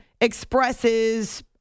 expresses